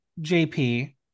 jp